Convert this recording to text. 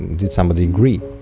did somebody agree?